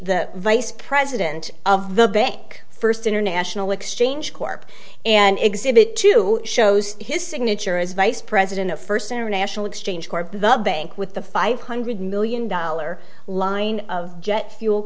the vice president of the bank first international exchange corp and exhibit two shows his signature as vice president of first international exchange corp the bank with the five hundred million dollar line of jet fuel